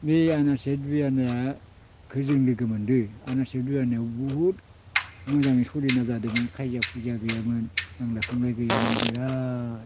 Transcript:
बे आनासे दुइ आनाया बेखो जों लोगो मोनदो आनासे आनानैआव बहुद मोजां सोलिना जादोंमोन खायजिया खुयजिया गैयामोन नांलाय खमलाय गैयामोन बिराद